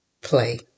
play